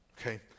Okay